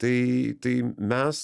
tai tai mes